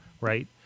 right